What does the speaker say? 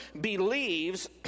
believes